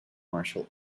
martial